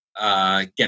Get